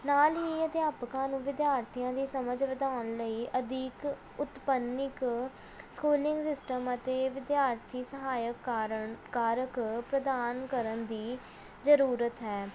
ਨਾਲ ਹੀ ਅਧਿਆਪਕਾਂ ਨੂੰ ਵਿਦਿਆਰਥੀਆਂ ਦੀ ਸਮਝ ਵਧਾਉਣ ਲਈ ਅਧਿਕ ਉਤਪੰਨਿਕ ਸਕੂਲਿੰਗ ਸਿਸਟਮ ਅਤੇ ਵਿਦਿਆਰਥੀ ਸਹਾਇਕ ਕਾਰਨ ਕਾਰਕ ਪ੍ਰਧਾਨ ਕਰਨ ਦੀ ਜ਼ਰੂਰਤ ਹੈ